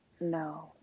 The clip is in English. no